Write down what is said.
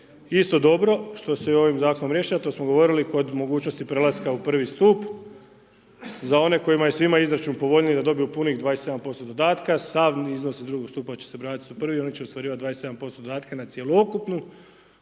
isto dobro što se i ovim zakonom rješava a to smo govorili kod mogućnosti prelaska u prvi stup, za one kojima je svima izračun povoljniji da dobiju punih 27% dodatka, sav iznos iz drugog stupa će se vratiti u prvi i oni će ostvarivati 27% dodatka na cjelokupni